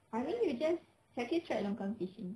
I think you just have you tried longkang fishing